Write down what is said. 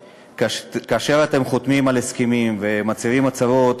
כאשר אתם חותמים על הסכמים ומצהירים הצהרות,